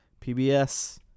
pbs